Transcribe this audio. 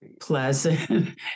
pleasant